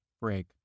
Break